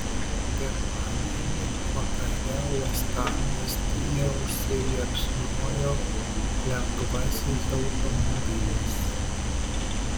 pirmadienį vakare uostamiestyje užsiliepsnojo lengvasis automobilis